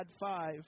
five